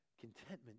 contentment